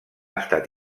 estat